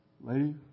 Lady